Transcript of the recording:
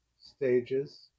stages